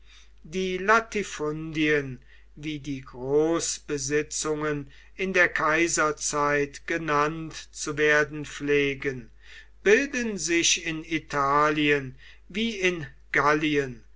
die latifundien wie die großbesitzungen in der kaiserzeit genannt zu werden pflegen bilden sich in italien wie in gallien